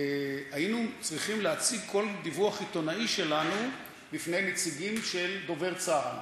היינו צריכים להציג כל דיווח עיתונאי שלנו בפני נציגים של דובר צה"ל,